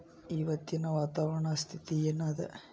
ಇವತ್ತಿನ ವಾತಾವರಣ ಸ್ಥಿತಿ ಏನ್ ಅದ?